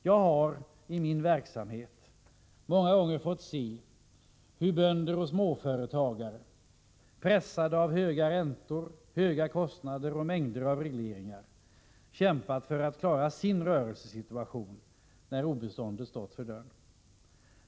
Jag har i min verksamhet många gånger fått se hur bönder och småföretagare, pressade av höga räntor, höga kostnader och mängder av regleringar, kämpat för att klara sin rörelse när obeståndet stått för dörren.